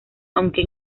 aunque